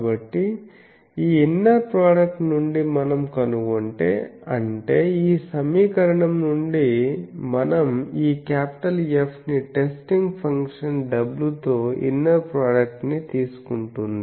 కాబట్టి ఈ inner product నుండి మనం కనుగొంటేఅంటే ఈ సమీకరణం నుండి మనం ఈ F ని టెస్టింగ్ ఫంక్షన్ w తో ఇన్నర్ ప్రోడక్ట్ ని తీసుకుంటుంది